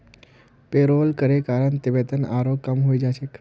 payroll करे कारण वेतन आरोह कम हइ जा छेक